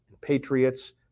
patriots